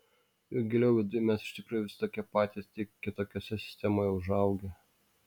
juk giliau viduj mes iš tikrųjų visi tokie patys tik kitokiose sistemose užaugę